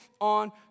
on